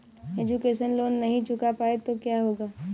Education loan नहीं चुका पाए तो क्या होगा?